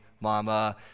mama